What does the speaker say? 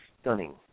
stunning